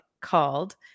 called